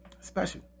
special